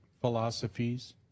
philosophies